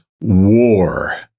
war